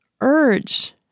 Urge